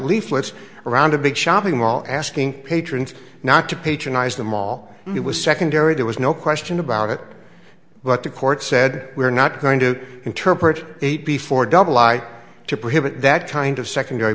leaflets around a big shopping mall asking patrons not to patronize the mall it was secondary there was no question about it but the court said we're not going to interpret eight before double to prohibit that kind of secondary